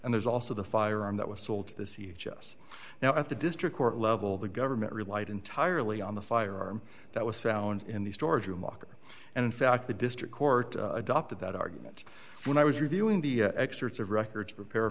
and there's also the firearm that was sold to the c h s now at the district court level the government relied entirely on the firearm that was found in the storage locker and in fact the district court adopted that argument when i was reviewing the excerpts of records prepare